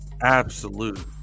absolute